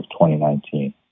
2019